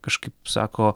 kažkaip sako